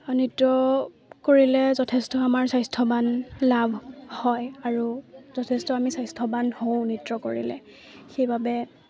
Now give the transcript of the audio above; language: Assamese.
নৃত্য কৰিলে যথেষ্ট আমাৰ স্বাস্থ্যৱান লাভ হয় আৰু যথেষ্ট আমি স্বাস্থ্যৱান হওঁ নৃত্য কৰিলে সেইবাবে